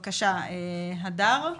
בבקשה, הדר.